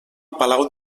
palau